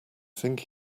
think